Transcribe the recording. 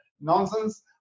nonsense